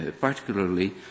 particularly